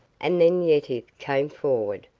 and then yetive came forward,